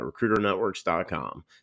RecruiterNetworks.com